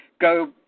go